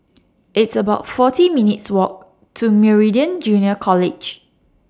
It's about forty minutes' Walk to Meridian Junior College